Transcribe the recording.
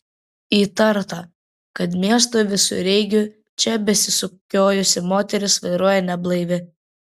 įtarta kad miesto visureigiu čia besisukiojusi moteris vairuoja neblaivi